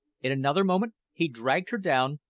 in another moment he dragged her down,